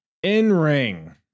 In-ring